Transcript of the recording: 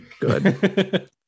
good